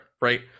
right